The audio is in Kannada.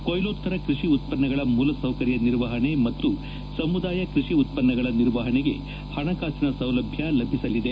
ಕೋಯ್ಲೋತ್ತರ ಕೃಷಿ ಉತ್ವನ್ನಗಳ ಮೂಲಸೌಕರ್ಯ ನಿರ್ವಹಣೆ ಮತ್ತು ಸಮುದಾಯ ಕ್ಪಡಿ ಉತ್ಸನ್ನಗಳ ನಿರ್ವಹಣೆಗೆ ಹಣಕಾಸಿನ ಸೌಲಭ್ಯ ಲಭಿಸಲಿದೆ